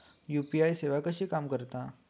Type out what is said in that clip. UPI सेवा कशी काम करता?